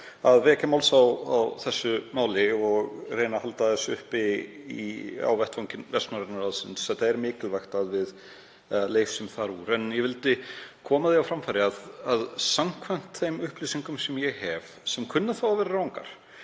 að vekja máls á því og reyna að halda því uppi á vettvangi Vestnorræna ráðsins. Það er mikilvægt að við leysum þar úr. En ég vildi koma því á framfæri að samkvæmt þeim upplýsingum sem ég hef, sem kunna að vera rangar,